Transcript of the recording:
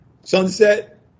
sunset